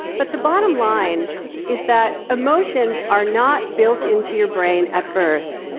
but the bottom line is that emotions are not built into your brain at birth.